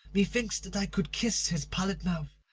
methinks that i could kiss his pallid mouth,